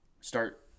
start